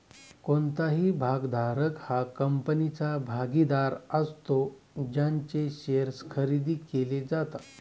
कोणताही भागधारक हा कंपनीचा भागीदार असतो ज्यांचे शेअर्स खरेदी केले जातात